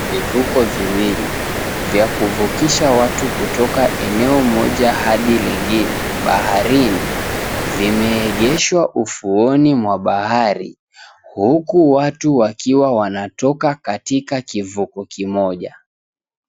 Vivuko viwili vya kuvukisha watu kutoka eneo moja hadi lengine baharini, vimeegeshwa ufuoni mwa bahari huku watu wakiwa wanatoka katika kivuko kimoja.